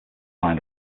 line